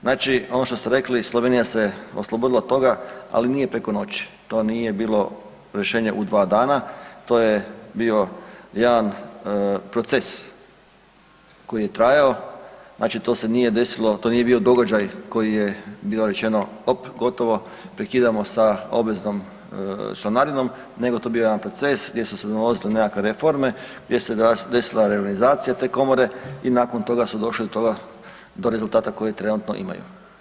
Znači, ono što ste rekli, Slovenija se oslobodila toga ali nije preko noći, to nije bilo rješenje u dva dana, to je bio jedan proces koji je trajao, znači to se nije desilo, to nije bio događaj koji je bilo rečeno, op, gotovo, prekidamo sa obveznom članarinom, nego je to bio jedan proces gdje su se donosile nekakve reforme, gdje se desila reorganizacija te komore i nakon toga su došli do toga, do rezultata koji trenutno imaju.